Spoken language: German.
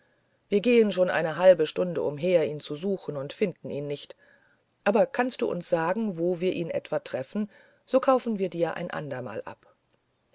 wir gehen schon eine halbe stunde umher ihn zu suchen und finden ihn nicht aber kannst du uns sagen wo wir ihn etwa treffen so kaufen wir dir ein andermal ab